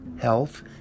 Health